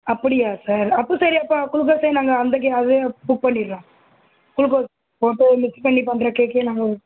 அப்படியா சார் அப்போ சரி அப்போ குளுகோஸே நாங்கள் அந்த கேக் அதேயே புக் பண்ணிடறோம் குளுக்கோஸ் போட்டு மிக்ஸ் பண்ணி பண்ணுற கேக்கே நாங்கள்